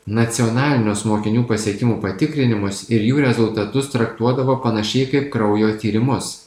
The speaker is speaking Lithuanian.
nacionalinius mokinių pasiekimų patikrinimus ir jų rezultatus traktuodavo panašiai kaip kraujo tyrimus